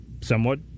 somewhat